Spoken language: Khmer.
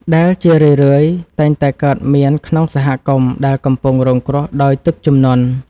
ដែលជារឿយៗតែងតែកើតមានក្នុងសហគមន៍ដែលកំពុងរងគ្រោះដោយទឹកជំនន់។